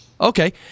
okay